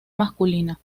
masculina